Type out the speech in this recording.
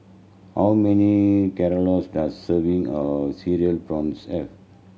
how many does serving of Cereal Prawns have